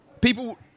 people